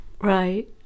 Right